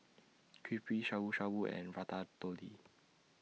Crepe Shabu Shabu and Ratatouille